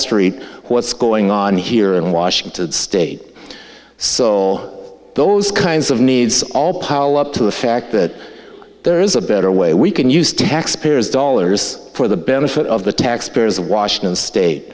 street what's going on here in washington state so those kinds of needs all powell up to the fact that there is a better way we can use taxpayers dollars for the benefit of the taxpayers of washington state